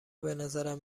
بنظرم